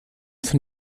von